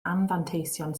anfanteision